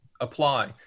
apply